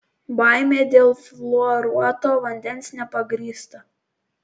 baimė dėl fluoruoto vandens nepagrįsta